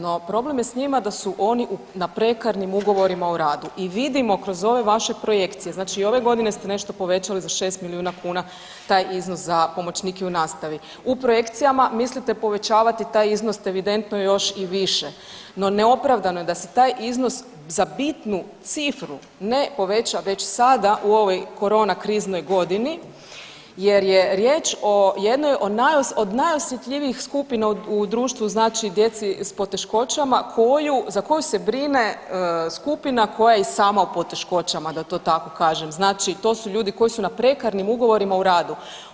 No problem je s njima da su oni na prekarnim ugovorima o radu i vidimo kroz ove vaše projekcije, znači i ove godine ste nešto povećali za 6 milijuna kuna taj iznos za pomoćnike u nastavi u projekcijama mislite povećavati taj iznos evidentno još i više, no neopravdano je da se taj iznos za bitnu cifru ne poveća već sada u ovoj korona kriznoj godini jer je riječ o jednoj od najosjetljivijih skupina u društvu djeci s poteškoćama za koju se brine skupina koja je i sama u poteškoćama da to tako kažem, znači to su ljudi koji su na prekarnim ugovorima u radu.